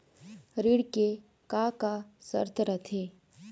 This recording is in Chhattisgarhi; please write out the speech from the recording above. ऋण के का का शर्त रथे?